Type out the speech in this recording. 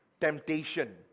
Temptation